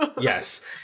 Yes